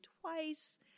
twice